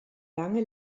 lange